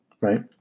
right